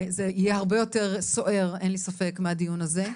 זה יהיה הרבה יותר סוער מהדיון הזה,